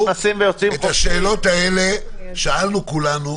את השאלות האלה שאלנו כולנו,